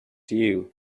you